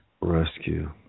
Rescue